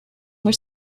were